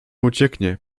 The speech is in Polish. ucieknie